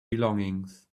belongings